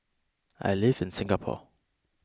I live in Singapore